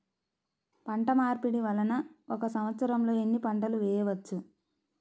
పంటమార్పిడి వలన ఒక్క సంవత్సరంలో ఎన్ని పంటలు వేయవచ్చు?